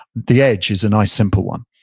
the edge is a nice, simple one.